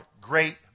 great